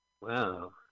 Wow